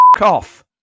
off